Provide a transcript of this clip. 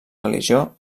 religió